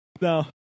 no